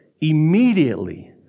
immediately